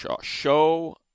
show